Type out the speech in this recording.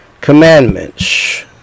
Commandments